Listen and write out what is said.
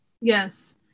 Yes